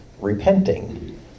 repenting